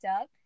up